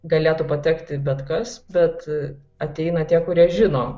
galėtų patekti bet kas bet ateina tie kurie žino